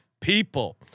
people